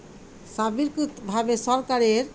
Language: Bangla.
সরকারের